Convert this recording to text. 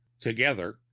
together